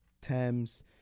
Thames